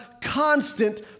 constant